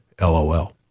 LOL